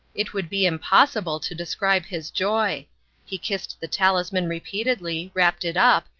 it would be impossible to describe his joy he kissed the talisman repeatedly, wrapped it up,